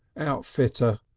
outfitter,